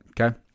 Okay